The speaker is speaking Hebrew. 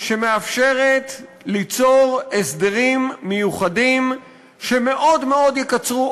שמאפשרת ליצור הסדרים מיוחדים שמאוד מאוד יקצרו,